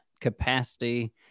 capacity